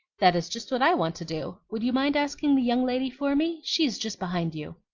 that is just what i want to do. would you mind asking the young lady for me? she is just behind you.